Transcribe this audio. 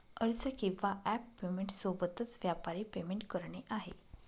अर्ज किंवा app payment सोबतच, व्यापारी पेमेंट करणे आहे